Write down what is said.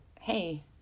hey